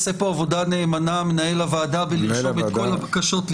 עושה פה עבודה נאמנה בלרשום את כל הבקשות.